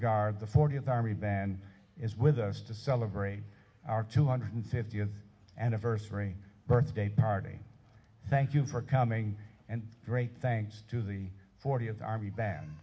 guard the fortieth army band is with us to celebrate our two hundred fiftieth anniversary birthday party thank you for coming and great thanks to the fortieth army band